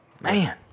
Man